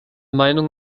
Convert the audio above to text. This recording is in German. meinung